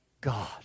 God